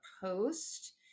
post